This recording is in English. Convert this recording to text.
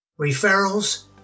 Referrals